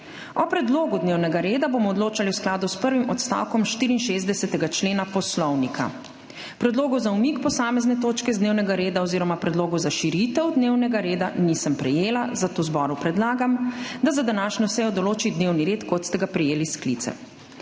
O predlogu dnevnega reda bomo odločali v skladu s prvim odstavkom 64. člena Poslovnika. Predlogov za umik posamezne točke z dnevnega reda oziroma predlogov za širitev dnevnega reda nisem prejela, zato zboru predlagam, da za današnjo sejo določi dnevni red, kot ste ga prejeli s sklicem.